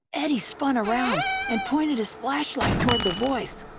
eddie spun around and pointed his flashlight toward the voice.